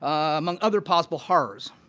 among other possible horrors.